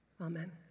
amen